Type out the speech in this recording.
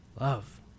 Love